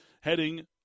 heading